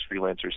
freelancers